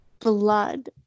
blood